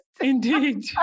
Indeed